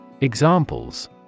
Examples